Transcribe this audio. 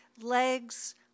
Legs